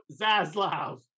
Zaslav